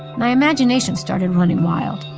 my imagination started running wild.